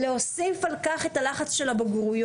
להוסיף על כך את הלחץ של הבגרויות.